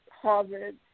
Harvard